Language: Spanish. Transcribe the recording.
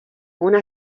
una